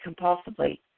compulsively